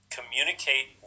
Communicate